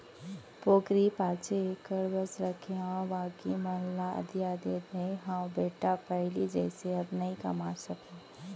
पोगरी पॉंचे एकड़ बस रखे हावव बाकी मन ल अधिया दे दिये हँव बेटा पहिली जइसे अब नइ कमा सकव